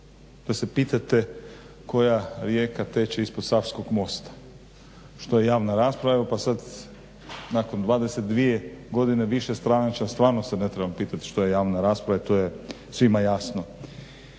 da se pitate koja teče rijeka teče ispod Savskog mosta, što je javna rasprava. Evo pa sada nakon 22 godine višestranačja stvarno se ne trebam pitati što je javna rasprava jer to je svima jasno.